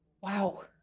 Wow